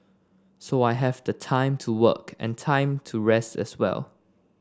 so I have the time to work and time to rest as well